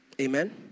amen